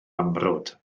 amrwd